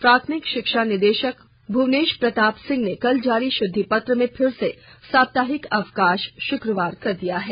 प्राथमिक शिक्षा निदेशक भुवनेश प्रताप सिंह ने कल जारी शुद्धि पत्र में फिर से साप्ताहिक अवकाश शुक्रवार कर दिया है